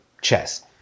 chess